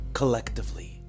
collectively